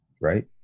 right